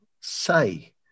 say